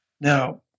Now